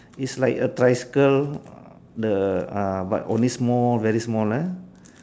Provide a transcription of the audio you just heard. is like a tricycle the uh but only small very small